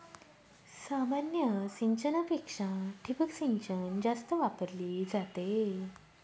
सामान्य सिंचनापेक्षा ठिबक सिंचन जास्त वापरली जाते